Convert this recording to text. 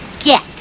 Get